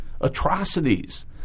atrocities